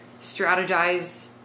strategize